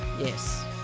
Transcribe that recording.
Yes